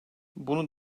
bunu